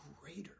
greater